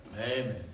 Amen